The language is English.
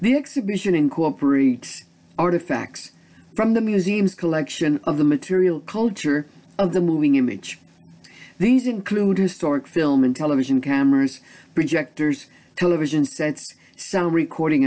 the exhibition incorporates artifacts from the museum's collection of the material culture of the moving image these include historic film and television cameras projectors television sets sound recording